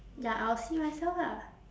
ya I will see myself lah